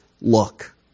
Look